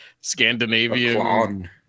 Scandinavian